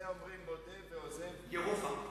על זה אומרים: מודה ועוזב, ירוחם.